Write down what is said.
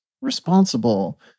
responsible